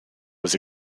was